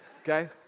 Okay